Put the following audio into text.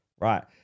right